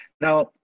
Now